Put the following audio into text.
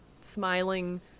smiling